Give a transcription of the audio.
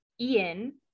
Ian